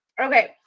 okay